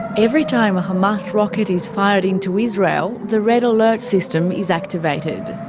every time a hamas rocket is fired into israel, the red alert system is activated.